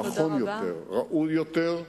נכון יותר, ראוי יותר,